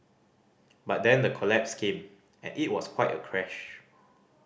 but then the collapse came and it was quite a crash